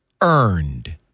earned